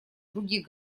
других